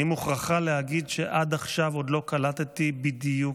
אני מוכרחה להגיד שעד עכשיו עוד לא קלטתי בדיוק.